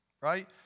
right